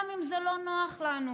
גם אם זה לא נוח לנו.